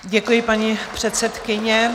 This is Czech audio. Děkuji, paní předsedkyně.